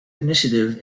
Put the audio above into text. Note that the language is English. initiative